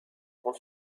grand